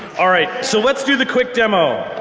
all right, so let's do the quick demo.